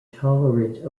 tolerant